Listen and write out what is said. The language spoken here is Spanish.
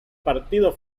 partido